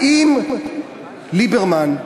האם ליברמן,